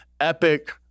epic